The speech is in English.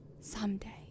Someday